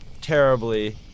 terribly